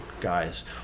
guys